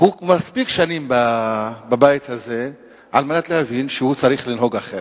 הוא מספיק שנים בבית הזה על מנת להבין שהוא צריך לנהוג אחרת.